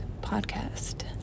podcast